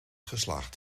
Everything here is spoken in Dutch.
geslaagd